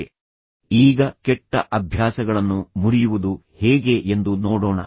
ಈಗ ಈ ವಾರದ ಕೊನೆಯ ಉಪನ್ಯಾಸದಲ್ಲಿ ನಾವು ಮೊದಲು ಕೆಟ್ಟ ಅಭ್ಯಾಸಗಳನ್ನು ಮುರಿಯುವುದು ಹೇಗೆ ಎಂದು ಮೊದಲು ನೋಡೋಣ